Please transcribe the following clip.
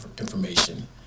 information